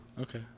Okay